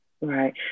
right